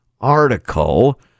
article